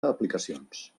aplicacions